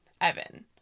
Evan